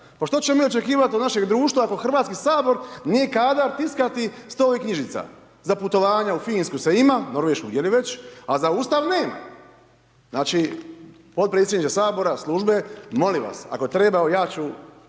Pa što ćemo mi očekivati od našeg društva ako Hrvatski sabor nije kadar tiskati 100 ovih knjižica. Za putovanja u Finsku se ima, Norvešku gdje li već, a za Ustav nema. Znači podpredsjedniče sabora, službe, molim vas, ako treba evo ja ću